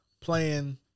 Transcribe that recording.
playing